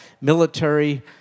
military